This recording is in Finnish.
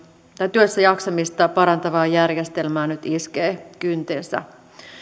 työssäjaksamista parantavaan järjestelmään nyt iskee kyntensä